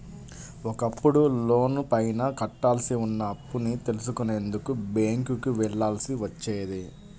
ఒకప్పుడు లోనుపైన కట్టాల్సి ఉన్న అప్పుని తెలుసుకునేందుకు బ్యేంకుకి వెళ్ళాల్సి వచ్చేది